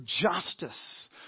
justice